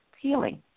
healing